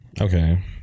okay